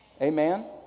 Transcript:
Amen